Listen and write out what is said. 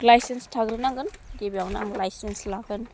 licence थाग्रोनांगोन गिबियावनो आं लाइसेन्स लागोन